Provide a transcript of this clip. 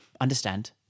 understand